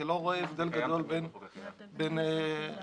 כי אני לא רואה הבדל גדול בין ההצעה